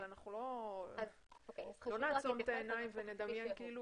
אבל לא נעצום את העיניים ונדמיין.